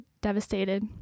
devastated